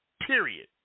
Period